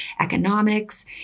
economics